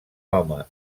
home